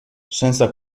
senza